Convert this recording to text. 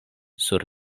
sur